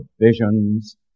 visions